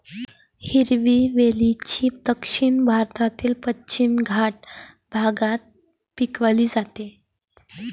हिरवी वेलची दक्षिण भारतातील पश्चिम घाट भागात पिकवली जाते